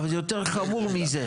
אבל זה יותר חמור מזה.